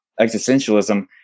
existentialism